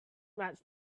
match